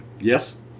Yes